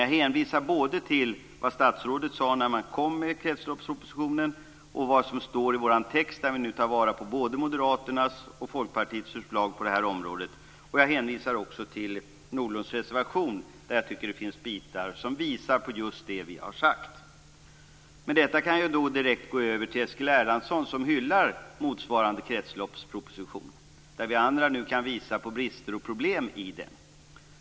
Jag hänvisar både till vad statsrådet sade i samband med att kretsloppspropositionen lades fram och till vad som står i vår text, där vi tar vara på både Moderaternas och Folkpartiets förslag på det här området. Jag hänvisar också till Nordlunds reservation, som jag tycker innehåller delar som visar på just det vi har sagt. Med detta kan jag direkt gå över till Eskil Erlandsson, som hyllar kretsloppspropositionen medan vi andra kan visa på brister och problem i den.